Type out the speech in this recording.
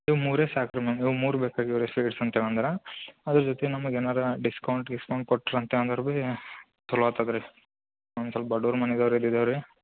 ಇವು ಮೂರೇ ಸಾಕು ರೀ ನಮ್ಗೆ ಇವು ಮೂರು ಬೇಕಾಗಿವೆ ರೀ ಸ್ವೀಟ್ಸ್ ಅಂತ ಬಂದ್ರೆ ಅದ್ರ ಜೊತಿಗೆ ನಮ್ಗೆ ಏನಾರು ಡಿಸ್ಕೌಂಟ್ ಗೀಸ್ಕೌಂಟ್ ಕೊಟ್ರಿ ಅಂತ ಅಂದರೆ ಬಿ ಛಲೋ ಆತದೆ ರೀ ನಾವು ಸ್ವಲ್ಪ ಬಡುವರು ಮನಿಗಾರ ಇದ್ದಿದಾವೆ ರಿ